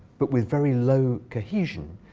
but with very low cohesion,